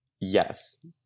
Yes